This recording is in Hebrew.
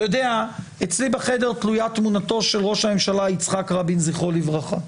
אתה יודע אצלי בחדר תלויה תמונתו של ראש הממשלה יצחק רבין זכרו לברכה,